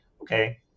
okay